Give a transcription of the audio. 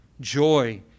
joy